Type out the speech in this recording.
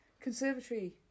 Conservatory